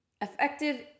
effective